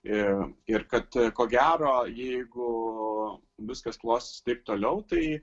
ir ir kad ko gero jeigu viskas klosis taip toliau tai